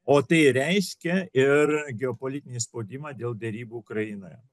o tai reiškia ir geopolitinį spaudimą dėl derybų ukrainoje